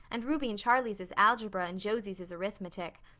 and ruby and charlie's is algebra, and josie's is arithmetic.